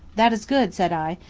that is good, said i,